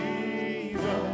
Jesus